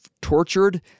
tortured